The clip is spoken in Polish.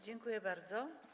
Dziękuję bardzo.